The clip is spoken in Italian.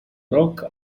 rock